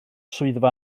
swyddfa